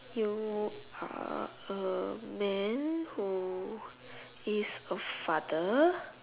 you are a man who is a father